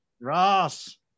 Ross